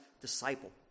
disciple